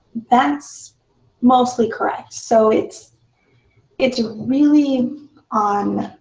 that's mostly correct. so it's it's really on